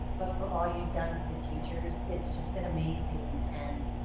but for all you've done for the teachers, it's just been amazing. and